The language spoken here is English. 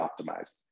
optimized